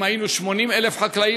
אם היינו 80,000 חקלאים,